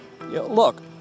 look